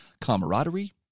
camaraderie